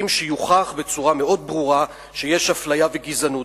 שיוכח בצורה מאוד ברורה שיש אפליה וגזענות.